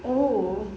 oh